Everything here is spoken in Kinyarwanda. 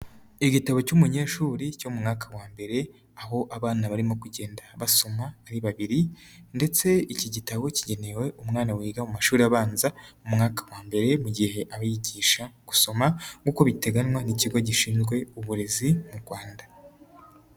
Igitabo cy'umunyeshuri cyo mu mwaka wa mbere, aho abana barimo kugenda basoma ari babiri, ndetse iki gitabo kigenewe umwana wiga mu mashuri abanza, mu mwaka wa mbere, mu gihe aba yiyigisha gusoma nk'uko biteganywa n'ikigo gishinzwe uburezi mu Rwanda.